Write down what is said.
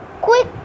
quick